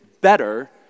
better